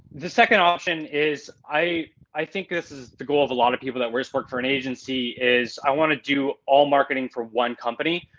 the second option is, i i think this is the goal of a lot of people that once worked for an agency is i want to do all marketing for one company.